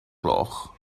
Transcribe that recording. gloch